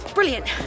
Brilliant